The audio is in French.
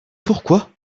pourquoi